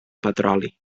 petroli